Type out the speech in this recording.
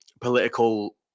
political